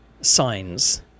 signs